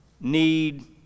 need